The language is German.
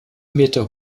meter